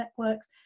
networks